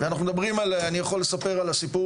אני יכול לספר את הסיפור